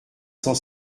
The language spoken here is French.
cent